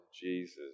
Jesus